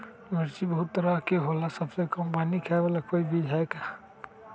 मिर्ची बहुत तरह के होला सबसे कम पानी खाए वाला कोई बीज है का?